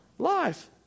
Life